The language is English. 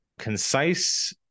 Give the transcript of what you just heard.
Concise